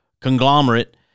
conglomerate